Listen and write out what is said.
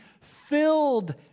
filled